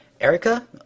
Erica